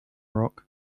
rock